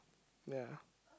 ya